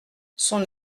son